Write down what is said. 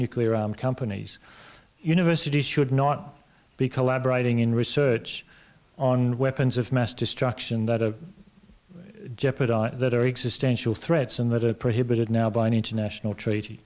nuclear companies universities should not be collaborating in research on weapons of mass destruction that jeopardize that are existential threats and that are prohibited now by an international tr